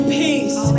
peace